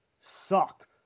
sucked